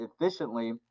efficiently